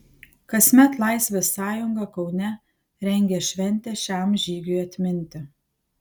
kasmet laisvės sąjunga kaune rengia šventę šiam žygiui atminti